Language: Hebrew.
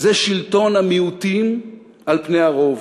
זה שלטון המיעוטים על פני הרוב.